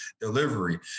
delivery